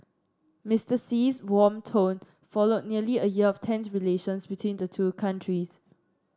Mister Xi's warm tone followed nearly a year of tense relations between the two countries